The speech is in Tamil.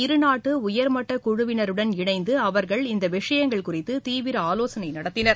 இருநாட்டுஉயர்மட்டகுழுவினருடன் இணைந்துஅவர்கள் அதைத் இந்தவிஷயங்கள் குறித்துதீவிரஆலோசனைநடத்தினர்